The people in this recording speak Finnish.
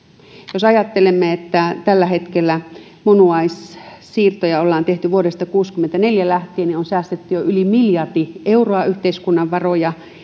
jos ajattelemme että tällä hetkellä munuaissiirtoja ollaan tehty vuodesta tuhatyhdeksänsataakuusikymmentäneljä lähtien niin on säästetty jo yli miljardi euroa yhteiskunnan varoja